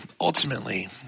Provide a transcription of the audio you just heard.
ultimately